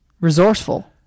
Resourceful